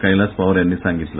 कैलास पवार यांनी सांगितलं